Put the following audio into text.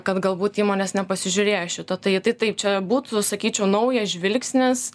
kad galbūt įmonės nepasižiūrėjo šito tai tai taip čia būtų sakyčiau naujas žvilgsnis